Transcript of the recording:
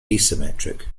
asymmetric